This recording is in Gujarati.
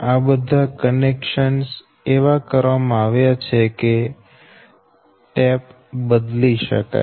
આ બધા કનેક્શન્સ એવા કરવામાં આવ્યા છે કે ટેપ બદલી શકાય